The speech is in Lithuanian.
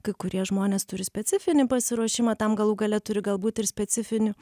kai kurie žmonės turi specifinį pasiruošimą tam galų gale turi galbūt ir specifinių